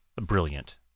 brilliant